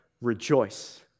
rejoice